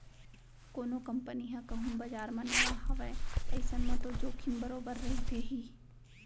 कोनो कंपनी ह कहूँ बजार म नवा हावय अइसन म तो जोखिम बरोबर रहिथे ही